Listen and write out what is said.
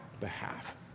behalf